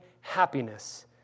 happiness